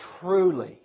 truly